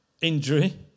injury